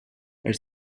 elle